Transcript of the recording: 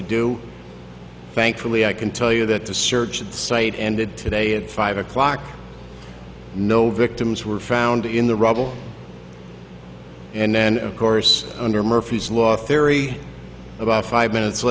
to do thankfully i can tell you that the search site ended today at five o'clock no victims were found in the rubble and then of course under murphy's law theory about five minutes